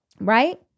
right